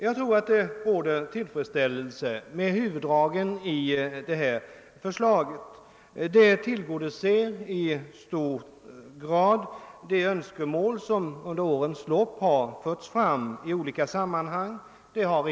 Jag tror att det råder tillfredsställelse med huvuddragen i detta förslag. Det tillgodoser i stor utsträckning de önskemål som under årens lopp har uttalats i olika sammanhang.